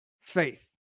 faith